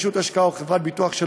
ישות השקעות או חברת ביטוח,